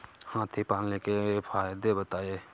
हाथी पालने के फायदे बताए?